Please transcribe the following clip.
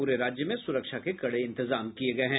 पूरे राज्य में सुरक्षा के कड़े इंतजाम किये गये हैं